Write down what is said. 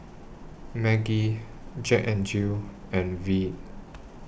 Maggi Jack N Jill and Veet